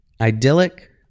idyllic